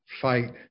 fight